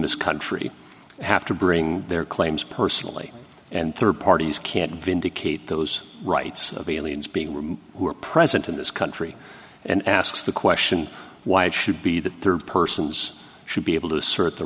this country have to bring their claims personally and third parties can't vindicate those rights of aliens being who are present in this country and asks the question why it should be that third persons should be able to assert the